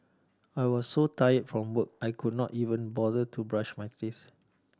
I was so tired from work I could not even bother to brush my teeth